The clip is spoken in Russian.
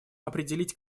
определить